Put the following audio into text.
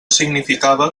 significava